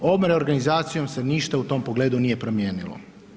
Ovom reorganizacijom se ništa u tom pogledu nije promijenilo.